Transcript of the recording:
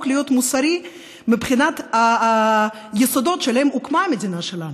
להיות מוסרי מבחינת היסודות שעליהם הוקמה המדינה שלנו,